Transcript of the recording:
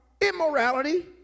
immorality